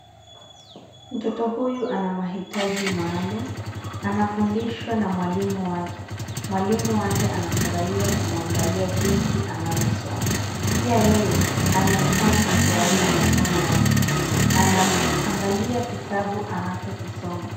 Mtoto huyu ana mahitaji maalum. Anafundishwa na mwalimu wake. Mwalimu wake anafurahia kumwangalia jinsi anavyosoma. Pia yeye anaonekana kufurahia masomo yake. Anaangalia kitabu anachokisoma.